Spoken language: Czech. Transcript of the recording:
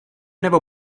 nebo